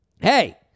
hey